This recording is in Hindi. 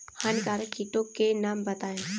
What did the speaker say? हानिकारक कीटों के नाम बताएँ?